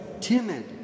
timid